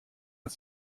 над